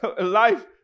life